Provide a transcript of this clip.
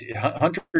Hunter